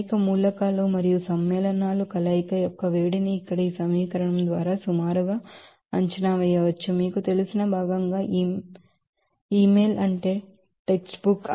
అనేక ఎలెమెంట్స్ మరియు సమ్మేళనాల కలయిక యొక్క వేడిని ఇక్కడ ఈ సమీకరణం ద్వారా సుమారుగా అంచనా వేయవచ్చు మీకు తెలిసిన భాగంగా ఇమెయిల్ అంటే టెక్స్ట్ బుక్